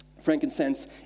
frankincense